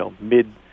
mid